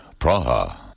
Praha